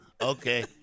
okay